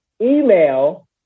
email